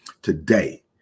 Today